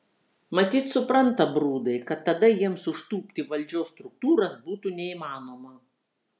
matyt supranta brudai kad tada jiems užtūpti valdžios struktūras būtų neįmanoma